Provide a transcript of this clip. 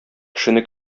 кешене